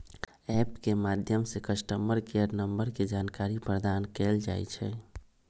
app के माध्यम से कस्टमर केयर नंबर के जानकारी प्रदान कएल जाइ छइ